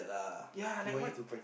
ya like what